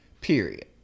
period